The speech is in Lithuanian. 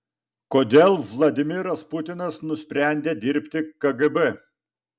kodėl vladimiras putinas nusprendė dirbti kgb